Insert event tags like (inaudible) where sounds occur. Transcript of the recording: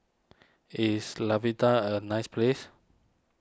is (unintelligible) a nice place